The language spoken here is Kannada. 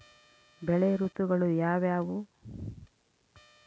ಬೆಳೆ ಋತುಗಳು ಯಾವ್ಯಾವು?